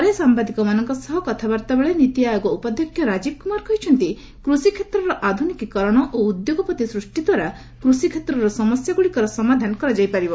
ପରେ ସାମ୍ଭାଦିକମାନଙ୍କ ସହ କଥାବାର୍ତ୍ତା ବେଳେ ନିତି ଆୟୋଗ ଉପାଧ୍ୟକ୍ଷ ରାଜୀବ କୁମାର କହିଛନ୍ତି କୃଷି କ୍ଷେତ୍ରର ଆଧୁନିକିକରଣ ଓ ଉଦ୍ୟୋଗପତି ସୂଷ୍ଟି ଦ୍ୱାରା କୃଷି କ୍ଷେତ୍ରର ସମସ୍ୟାଗୁଡ଼ିକର ସମାଧାନ କରାଯାଇ ପାରିବ